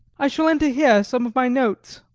i shall enter here some of my notes,